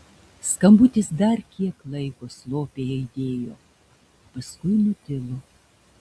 skambutis dar kiek laiko slopiai aidėjo paskui nutilo